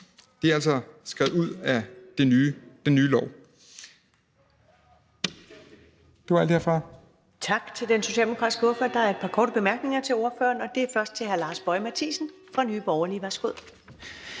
Det er altså skrevet ud af den nye lov.